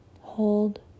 hold